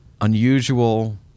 unusual